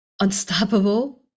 Unstoppable